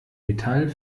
metall